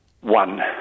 One